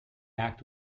act